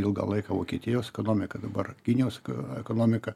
ilgą laiką vokietijos ekonomika dabar kinijos ekonomika